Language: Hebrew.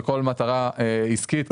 לכל מטרה עסקית כלכלית.